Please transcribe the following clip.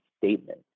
statement